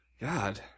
god